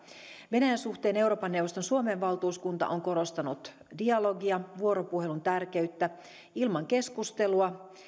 venäjän suhteen euroopan neuvoston suomen valtuuskunta on korostanut dialogia vuoropuhelun tärkeyttä ilman keskustelua